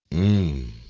a